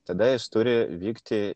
tada jis turi vykti